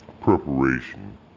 Preparation